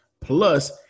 Plus